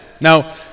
Now